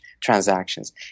transactions